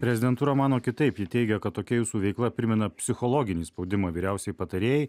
prezidentūra mano kitaip ji teigia kad tokia jūsų veikla primena psichologinį spaudimą vyriausiai patarėjai